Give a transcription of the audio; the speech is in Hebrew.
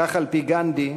על-פי גנדי,